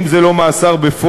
אם זה לא מאסר בפועל,